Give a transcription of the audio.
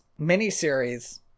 miniseries